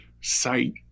sight